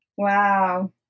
Wow